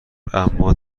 اما